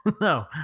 No